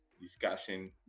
discussion